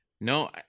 no